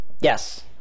Yes